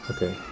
Okay